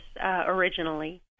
originally